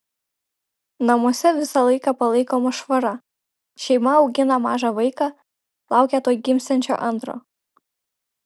namuose visą laiką palaikoma švara šeima augina mažą vaiką laukia tuoj gimsiančio antro